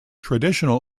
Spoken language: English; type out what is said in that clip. traditional